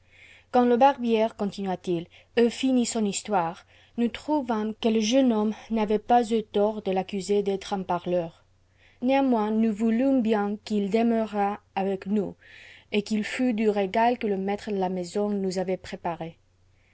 quand le barbier continua-t-il eut fini son histoire nous trouvâmes que le jeune homme n'avait pas eu tort de l'accuser d'être un parleur néanmoins nous voulûmes bien qu'il demèurât avec nous et qu'il fût du régal que le maître de la maison nous avait préparé